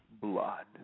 blood